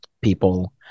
people